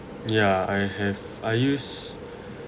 ya I have I use